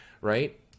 right